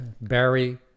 Barry